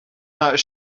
not